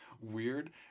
weird